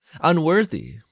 unworthy